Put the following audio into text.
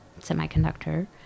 semiconductor